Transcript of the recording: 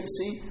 see